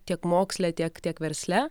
tiek moksle tiek tiek versle